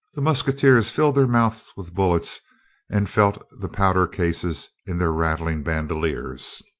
the musketeers filled their mouths with bullets and felt the powder cases in their rattling bandoleers.